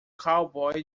cowboy